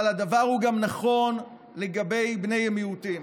אבל הדבר הוא נכון גם לגבי בני המיעוטים.